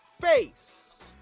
face